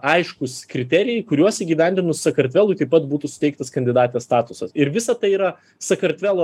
aiškūs kriterijai kuriuos įgyvendinus sakartvelui taip pat būtų suteiktas kandidatės statusas ir visa tai yra sakartvelo